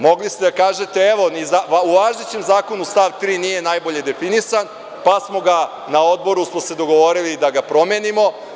Mogli ste da kažete – evo, u važećem Zakonu stav 3. nije najbolje definisan, pa smo se na Odboru dogovorili da ga promenimo.